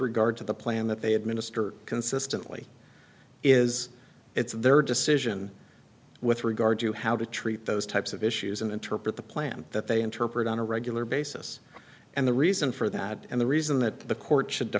regard to the plan that they administer consistently is it's their decision with regard to how to treat those types of issues and interpret the plan that they interpret on a regular basis and the reason for that and the reason that the court should